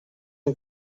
ein